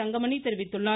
தங்கமணி தெரிவித்துள்ளார்